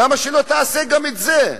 למה שלא תעשה גם את זה?